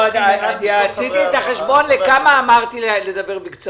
עשיתי את החשבון לכמה אמרתי לדבר בקצרה.